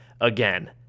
again